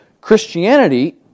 Christianity